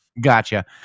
Gotcha